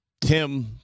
Tim